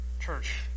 Church